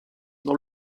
dans